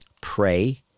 Pray